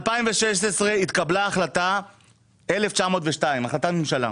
בשנת 2016 התקבלה החלטה מספר 1,092, החלטת ממשלה,